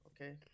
Okay